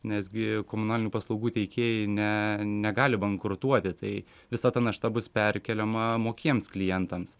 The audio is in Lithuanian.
nes gi komunalinių paslaugų teikėjai ne negali bankrutuoti tai visa ta našta bus perkeliama mokiems klientams